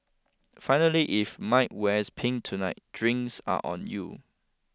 finally if Mike wears pink tonight drinks are on you